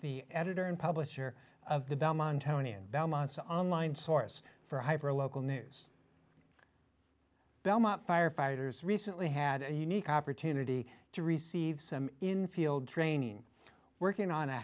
the editor and publisher of the belmont county and belmont online source for hyper local news belmont firefighters recently had a unique opportunity to receive some in field training working on a